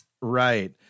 Right